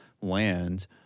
land